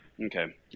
Okay